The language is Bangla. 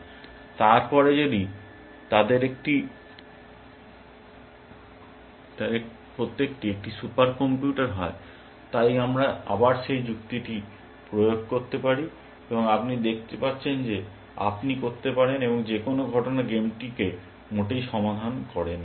এবং তারপর যদি তাদের প্রত্যেকটি একটি সুপার কম্পিউটার হয় তাই আমরা আবার সেই যুক্তিটি করতে পারি এবং আপনি দেখতে পাচ্ছেন যা আপনি করতে পারেন এবং যে কোন ঘটনা গেমটিকে মোটেও সমাধান করে না